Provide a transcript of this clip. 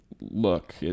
look